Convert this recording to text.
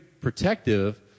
protective